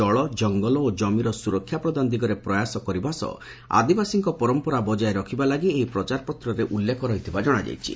ଜଳ ଜଙ୍ଗଲ ଓ କମିର ସୁରକ୍ଷା ପ୍ରଦାନ ଦିଗରେ ପ୍ରୟାସ କରିବା ସହ ଆଦିବାସୀଙ୍କ ପରମ୍ପରା ବଜାୟ ରଖିବା ଲାଗି ଏହି ପ୍ରଚାରପତ୍ରରେ ଉଲ୍ଲେଖ ରହିଥିବା ଜଣାଯାଇଛି